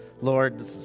Lord